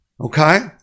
okay